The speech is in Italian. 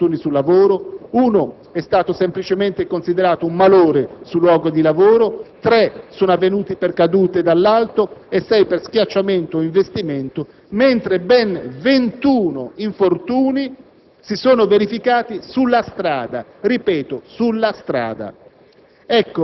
che, dei suddetti 39 incidenti, otto non sono stati riconosciuti dall'INAIL come infortuni sul lavoro, uno è stato semplicemente considerato un malore sul luogo di lavoro, tre sono avvenuti per cadute dall'alto e sei per schiacciamento o investimento, mentre ben 21 si sono